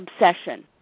obsession